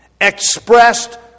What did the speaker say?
expressed